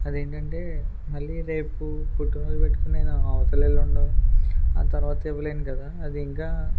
అదేంటంటే మళ్ళీ రేపు పుట్టినరోజు పెట్టుకుని నేను అవతలలెల్లుండో ఆ తర్వాత ఇవ్వలేను కదా అది ఇంకా